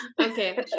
Okay